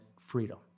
freedom